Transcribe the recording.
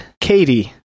Katie